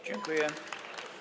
Dziękuję.